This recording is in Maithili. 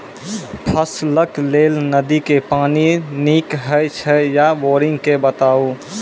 फसलक लेल नदी के पानि नीक हे छै या बोरिंग के बताऊ?